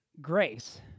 grace